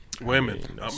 Women